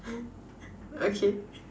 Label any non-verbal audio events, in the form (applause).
(laughs) okay